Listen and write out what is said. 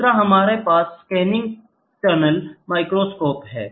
दूसरा हमारे पास स्कैनिंग टनलिंग माइक्रोस्कोप है